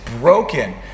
broken